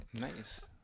Nice